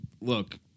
look